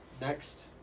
Next